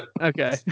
Okay